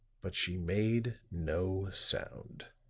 but she made no sound.